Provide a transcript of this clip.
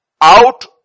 out